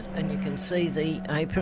and you can see the apron,